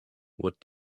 what